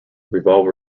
revolve